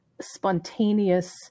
spontaneous